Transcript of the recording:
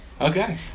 Okay